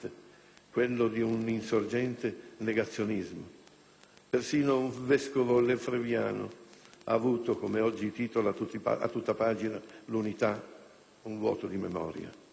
quello di un insorgente negazionismo. Persino un vescovo lefebvriano ha avuto, come oggi titola a tutta pagina «l'Unità», «un vuoto di memoria».